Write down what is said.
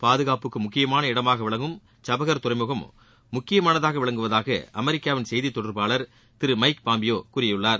பாதுகாப்புக்கு முக்கியமான இடமாக விளங்கும் சபஹார் துறைமுகம் முக்கியமானதாக விளங்குவதாக அமெரிக்காவின் செய்தி தொடர்பாளர் திரு மைக் பாம்பியோ கூறியுள்ளார்